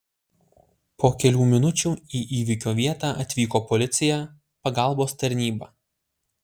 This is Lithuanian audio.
po kelių minučių į įvykio vietą atvyko policija pagalbos tarnyba